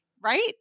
right